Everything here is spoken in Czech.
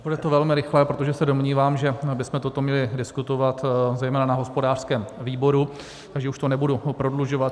Bude to velmi rychlé, protože se domnívám, že bychom toto měli diskutovat zejména na hospodářském výboru, takže už to nebudu prodlužovat.